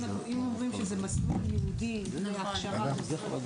אם אומרים שזה מסלול ייעודי להכשרה של עוזר רופא,